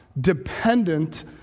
dependent